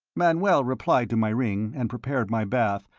manoel replied to my ring, and prepared my bath,